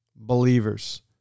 believers